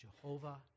Jehovah